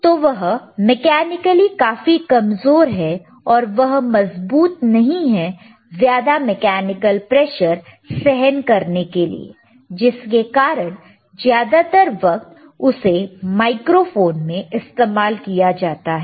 तो वह मेकैनिकली काफी कमजोर है और वह मजबूत नहीं है ज्यादा मैकेनिकल प्रेशर सहन करने के लिए जिसके कारण ज्यादातर वक्त उसे माइक्रोफोन में इस्तेमाल किया जाता है